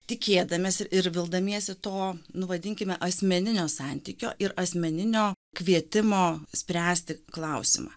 tikėdamiesi ir vildamiesi to nu vadinkime asmeninio santykio ir asmeninio kvietimo spręsti klausimą